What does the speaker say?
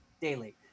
daily